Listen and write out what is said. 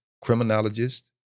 criminologist